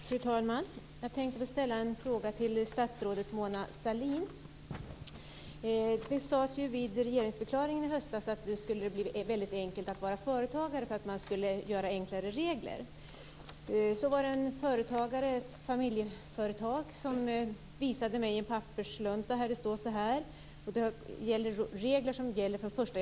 Fru talman! Jag tänkte ställa en fråga till statsrådet Det sades vid regeringsförklaringen i höstas att det skulle vara mycket enkelt att vara företagare därför att man skulle göra enklare regler. En företagare i ett familjeföretag visade mig en papperslunta med regler som gäller från den 1 januari 1999.